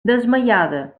desmaiada